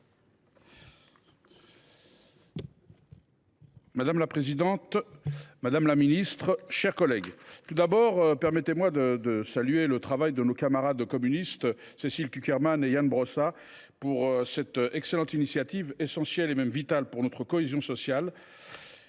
Madame la présidente, madame la ministre, mes chers collègues, permettez moi d’abord de saluer le travail de nos camarades communistes Cécile Cukierman et Ian Brossat pour leur excellente initiative, essentielle et même vitale pour notre cohésion sociale.